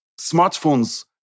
smartphones